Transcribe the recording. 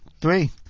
Three